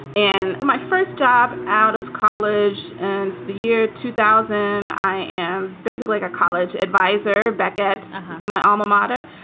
and my first job out of college and the year two thousand, i am basically a college advisor back at my alma mater.